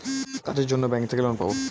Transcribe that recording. কাজের জন্য ব্যাঙ্ক থেকে লোন পাবো